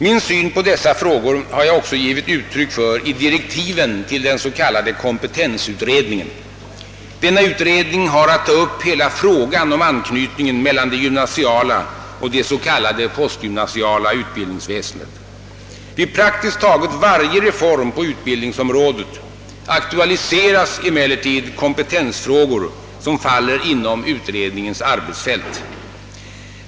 Min syn på dessa frågor har jag också givit uttryck för i direktiven till den s.k. kompetensutredningen. Denna utredning har att ta upp hela frågan om anknytningen mellan det gymnasiala och det s.k. postgymnasiala utbildningsväsendet. Vid praktiskt taget varje re form på utbildningsområdet aktualiseras emellertid kompetensfrågor som faller inom utredningens arbetsfält.